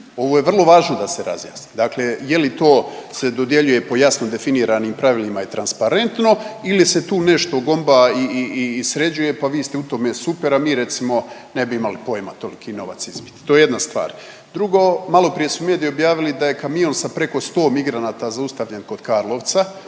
Ovo je vrlo važno da se razjasni. Dakle, je li to se dodjeljuje po jasno definiranim pravilima i transparentno ili se tu nešto gomba i sređuje pa vi ste u tome super, a mi recimo ne bi imali pojma toliki novac izbit? To je jedna stvar. Drugo, maloprije su mediji objavili da je kamion sa preko 100 migranata zaustavljen kod Karlovca